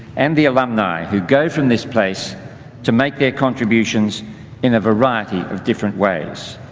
and the alumni who go from this place to make their contributions in a variety of different ways.